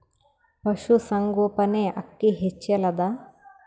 ಪಶುಸಂಗೋಪನೆ ಅಕ್ಕಿ ಹೆಚ್ಚೆಲದಾ?